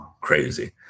crazy